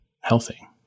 healthy